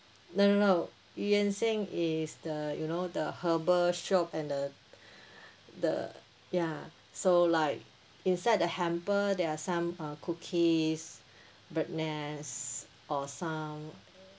no no no eu yan sang is the you know the herbal shop and the the ya so like inside the hamper there are some uh cookies bird's nest or some